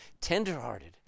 tenderhearted